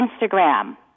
Instagram